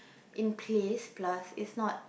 in place plus it's not